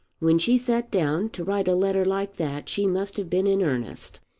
when she sat down to write a letter like that she must have been in earnest.